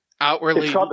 outwardly